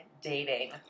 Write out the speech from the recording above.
dating